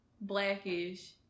Blackish